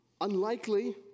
Unlikely